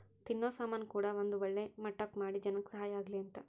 ತಿನ್ನೋ ಸಾಮನ್ ಕೂಡ ಒಂದ್ ಒಳ್ಳೆ ಮಟ್ಟಕ್ ಮಾಡಿ ಜನಕ್ ಸಹಾಯ ಆಗ್ಲಿ ಅಂತ